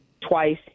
twice